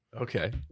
Okay